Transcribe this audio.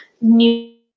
new